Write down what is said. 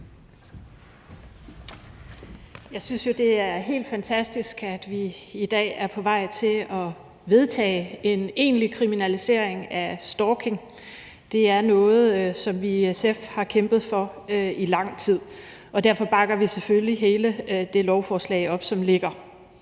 Jeg synes, det er helt fantastisk, at vi i dag er på vej til at vedtage en egentlig kriminalisering af stalking. Det er noget, som vi i SF har kæmpet for i lang tid, og derfor bakker vi selvfølgelig hele det lovforslag op, som ligger